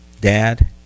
Dad